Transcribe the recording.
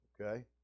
Okay